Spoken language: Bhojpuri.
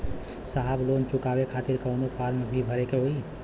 साहब लोन चुकावे खातिर कवनो फार्म भी भरे के होइ?